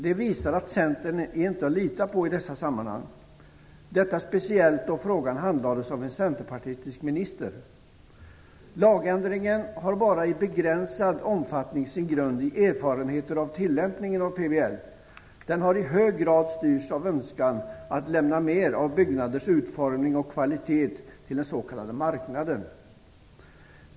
Det visar att Centern inte är att lita på i dessa sammanhang, detta speciellt då frågan handlades av en centerpartistisk minister. Lagändringen har bara i begränsad omfattning sin grund i erfarenheter av tillämpningen av PBL. Den har i hög grad styrts av önskan att lämna mer av byggnaders utformning och kvalitet till den s.k. marknaden.